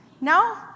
No